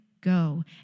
go